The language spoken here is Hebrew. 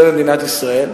ובמדינת ישראל,